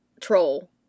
troll